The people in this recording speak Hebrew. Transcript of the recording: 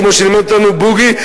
כמו שלימד אותנו בוגי,